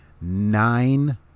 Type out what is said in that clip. Nine